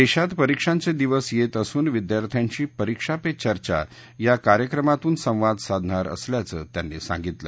देशात परिक्षांचे दिवस येत असून विद्यार्थ्यांशी परिक्षा पे चर्चा या कार्यक्रमातून संवाद साधणार असल्याचं त्यांनी सांगितलं